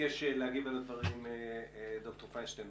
ביקש להגיב על הדברים ד"ר פיינשטיין.